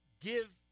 give